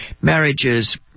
marriages